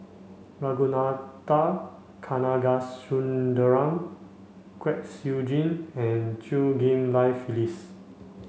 Ragunathar Kanagasuntheram Kwek Siew Jin and Chew Ghim Lian Phyllis